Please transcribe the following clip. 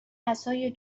عصای